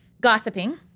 gossiping